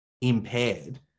impaired